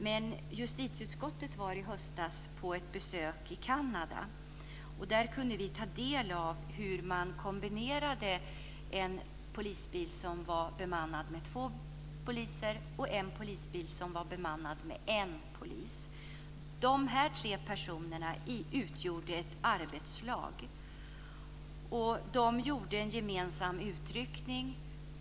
Men justitieutskottet gjorde i höstas ett besök i Kanada. Där kunde vi ta del av hur man kombinerade en polisbil som var bemannad med två poliser och en polisbil som var bemannad med en polis. De här tre personerna utgjorde ett arbetslag. De gjorde en gemensam utryckning.